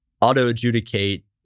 auto-adjudicate